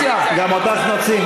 אני קורא אותך לסדר בפעם השלישית.